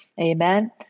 amen